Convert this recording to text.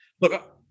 look